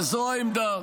וזו העמדה.